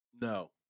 No